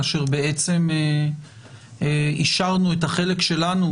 כאשר אישרנו את החלק שלנו,